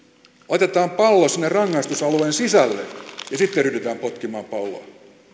laitetaan pallo sinne rangaistusalueen sisälle ja sitten ryhdytään potkimaan palloa